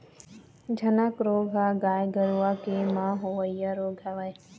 झनक रोग ह गाय गरुवा के म होवइया रोग हरय